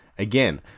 Again